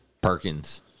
Perkins